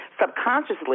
Subconsciously